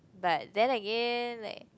but then again like